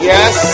Yes